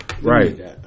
Right